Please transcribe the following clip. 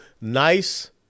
nice